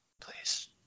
Please